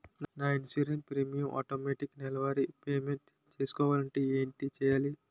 నా insurance premium automatic నెలవారి payment చేసుకోవాలంటే ఏంటి చేయాలి?